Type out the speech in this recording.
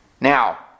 Now